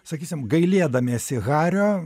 sakysim gailėdamiesi hario